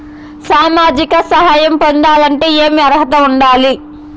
సామాజిక సహాయం పొందాలంటే ఏమి అర్హత ఉండాలి?